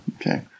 Okay